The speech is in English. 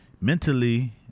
mentally